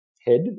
head